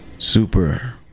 Super